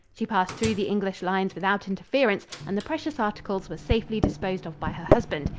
she passed through the english lines without interference, and the precious articles were safely disposed of by her husband,